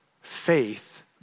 Faith